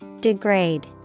Degrade